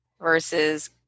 versus